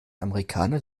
amerikaner